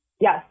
Yes